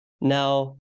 Now